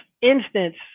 instance